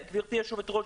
גברתי היושבת-ראש,